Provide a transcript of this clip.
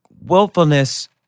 willfulness